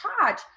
charge